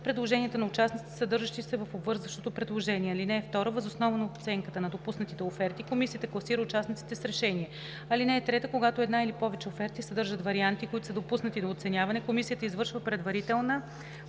предложенията на участниците, съдържащи се в обвързващото предложение. (2) Въз основа на оценката на допуснатите оферти комисията класира участниците с решение. (3) Когато една или повече оферти съдържат варианти, които са допуснати до оценяване, комисията извършва предварителна